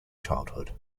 childhood